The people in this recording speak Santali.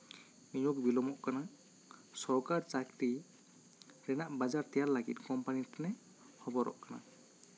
ᱱᱤᱭᱳᱜᱽ ᱵᱤᱞᱚᱢᱚᱜ ᱠᱟᱱᱟ ᱥᱚᱨᱠᱟᱨ ᱪᱟᱠᱨᱤ ᱨᱮᱭᱟᱜ ᱵᱟᱡᱟᱨ ᱛᱮᱭᱟᱨ ᱞᱟᱹᱜᱤᱫ ᱠᱳᱢᱯᱟᱱᱤ ᱴᱷᱮᱱᱮ ᱦᱚᱵᱚᱨᱚᱜ ᱠᱟᱱᱟ